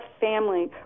family